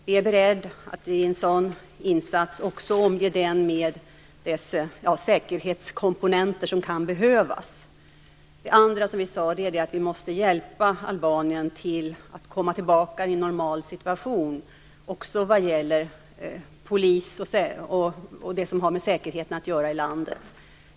Vi är beredda att vid en sådan insats omge den med de säkerhetskomponenter som kan behövas. Det andra är att vi måste hjälpa Albanien att komma tillbaka i en normal situation också vad gäller polis och det som har med säkerheten att göra i landet.